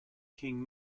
king